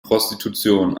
prostitution